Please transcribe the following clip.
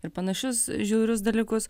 ir panašius žiaurius dalykus